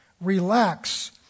relax